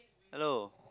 hello